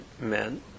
men